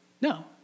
No